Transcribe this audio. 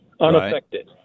unaffected